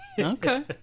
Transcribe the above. Okay